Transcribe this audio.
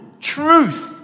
Truth